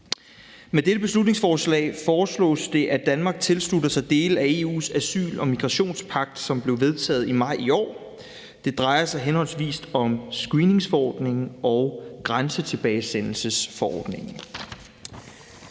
Med dette beslutningsforslag foreslås det, at Danmark tilslutter sig dele af EU's asyl- og migrationspagt, som blev vedtaget i maj i år. Det drejer sig om henholdsvis screeningforordningen og grænsetilbagesendelsesforordningen.